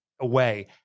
away